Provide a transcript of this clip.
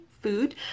food